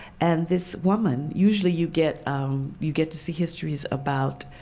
and this woman, usually you get um you get to see histories about